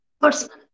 personal